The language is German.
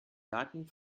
daten